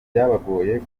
byabagoye